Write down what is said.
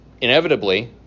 inevitably